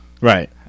Right